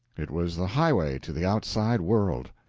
it was the highway to the outside world.